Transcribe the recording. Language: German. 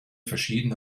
verschiedene